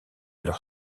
leur